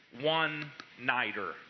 one-nighter